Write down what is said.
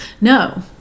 No